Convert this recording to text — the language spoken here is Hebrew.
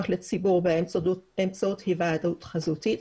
לציבור ואין צורך בהיוועדות חזותית,